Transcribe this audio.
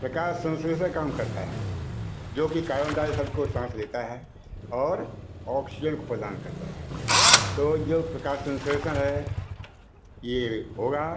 प्रकाश संश्लेषण कम करता है जोकि कार्बनडाईआक्साइड को साँस लेता है और ऑक्सीजन को प्रदान करता है तो जो प्रकाश संश्लेषण है यह होगा